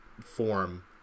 form